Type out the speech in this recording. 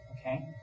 Okay